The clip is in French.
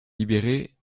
libérée